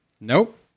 Nope